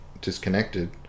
disconnected